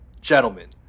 Gentlemen